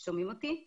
לבני נוער